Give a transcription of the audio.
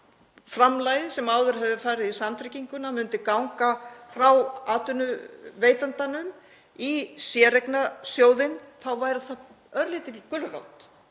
framlagið sem áður hefur farið í samtrygginguna myndi ganga frá atvinnuveitandanum í séreignarsjóðinn þá væri það örlítil gulrót